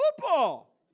football